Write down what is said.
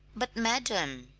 but, madam,